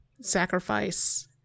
sacrifice